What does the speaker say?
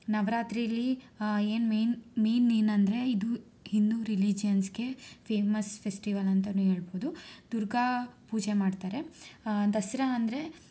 ನವರಾತ್ರೀಲಿ ಏನು main main ಏನಂದರೆ ಇದು ಹಿಂದೂ ರಿಲೀಜನ್ಸ್ಗೆ ಫೇಮಸ್ ಫೆಸ್ಟಿವಲ್ ಅಂತಾನೂ ಹೇಳ್ಬೌದು ದುರ್ಗಾ ಪೂಜೆ ಮಾಡ್ತಾರೆ ದಸರಾ ಅಂದರೆ